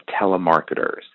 telemarketers